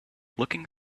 looking